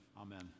Amen